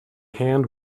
hand